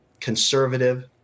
conservative